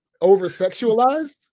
over-sexualized